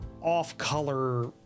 off-color